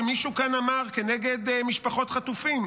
שמישהו כאן אמר כנגד משפחות חטופים,